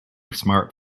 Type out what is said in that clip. smart